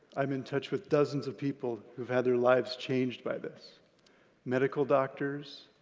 i'm in touch with dozens of people who've had their lives changed by this medical doctors,